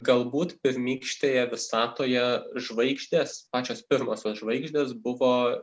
galbūt pirmykštėje visatoje žvaigždės pačios pirmosios žvaigždės buvo